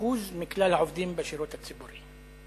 6.7% מכלל העובדים בשירות הציבורי.